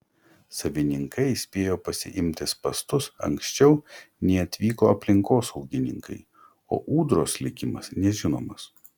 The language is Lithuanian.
savininkai spėjo pasiimti spąstus anksčiau nei atvyko aplinkosaugininkai o ūdros likimas nežinomas